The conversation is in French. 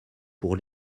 pour